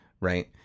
right